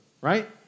right